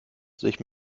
sich